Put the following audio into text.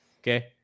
Okay